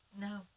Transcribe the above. No